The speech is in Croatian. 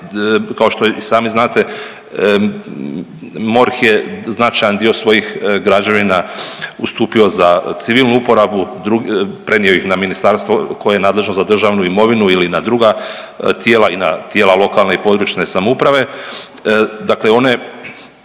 kao što i sami znate MORH je značajan dio svojih građevina ustupio za civilnu uporabu, prenio ih na ministarstvo koje je nadležno za državnu imovinu ili na druga tijela i na tijela lokalne i područne samouprave,